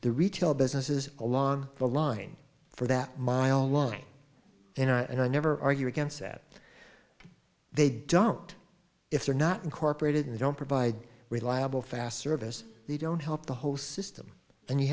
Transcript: the retail businesses along the line for that mile line and i never argue against that they don't if they're not incorporated they don't provide reliable fast service they don't help the whole system and you